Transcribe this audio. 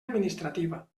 administrativa